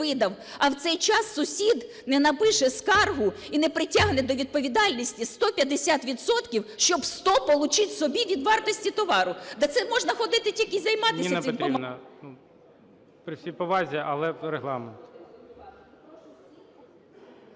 а в цей час сусід не напише скаргу і не притягне до відповідальності 150 відсотків, щоб 100 получити собі від вартості товару. Та це можна ходити тільки, займатися цим